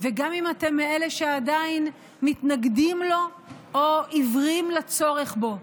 וגם אם אתם מאלה שעדיין מתנגדים לו או עיוורים לצורך בו.